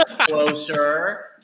closer